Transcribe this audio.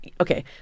okay